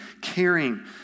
caring